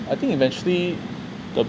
I think eventually the